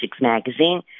magazine